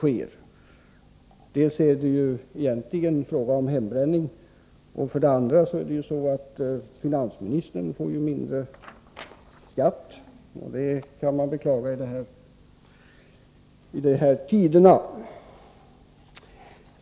Dels är det egentligen fråga om hembränning, dels får ju finansministern mindre skatt, vilket ju måste beklagas i de här tiderna.